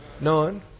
None